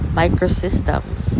microsystems